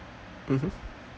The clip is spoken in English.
mmhmm